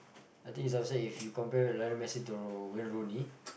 I think it's also if you compare Ryan Messi to Wayne Roonie